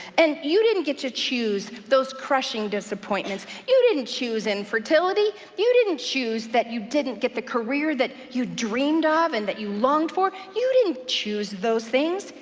and you didn't get to choose those crushing disappointments. you didn't choose infertility. you didn't choose that you didn't get the career that you dreamed of and that you longed for. you didn't choose those things.